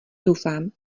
doufám